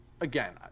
again